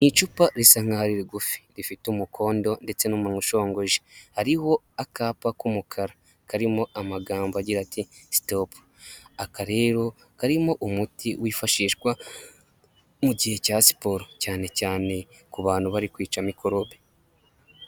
Icupa risa nk'aho ari rigufi rifite umukondo ndetse n'umunwa ushogoje hariho akapa k'umukara karimo amagambo agira ati sitopu aka rero karimo umuti wifashishwa igihe cya siporo cyane cyane ku bantu bari kwica mikorobe.